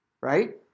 Right